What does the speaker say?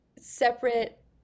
separate